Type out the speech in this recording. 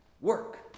work